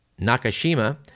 Nakashima